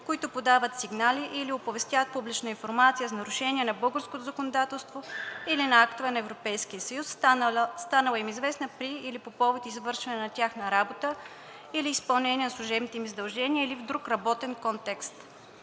които подават сигнали или оповестяват публично информация за нарушения на българското законодателство или на актове на Европейския съюз, станала им известна при или по повод извършване на тяхната работа или изпълнение на служебните им задължения или в друг работен контекст.